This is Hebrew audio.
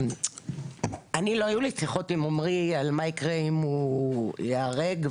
אני חושבת שאנחנו מדברים על משהו שהוא סופר רגיש,